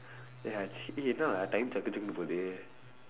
ya eh என்னா:ennaa lah time chakku chakkunnu போகுது:pookuthu